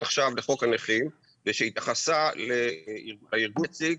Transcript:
עכשיו לחוק הנכים ושהתייחסה לארגון יציג,